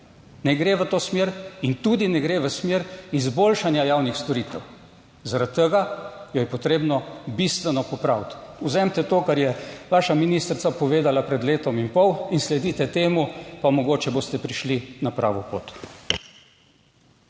Ne gre v to smer. In tudi ne gre v smer izboljšanja javnih storitev, zaradi tega jo je potrebno bistveno popraviti. Vzemite to kar je vaša ministrica povedala pred letom in pol in sledite temu, pa mogoče boste prišli na pravo pot.